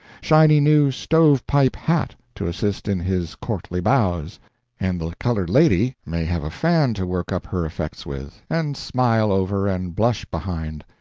shiny new stovepipe hat to assist in his courtly bows and the colored lady may have a fan to work up her effects with, and smile over and blush behind,